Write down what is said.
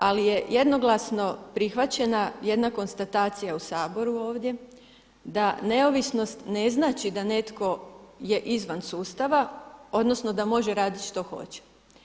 Ali je jednoglasno prihvaćena jedna konstatacija u Saboru ovdje, da neovisnost ne znači da netko je izvan sustava, odnosno da može radit što hoće.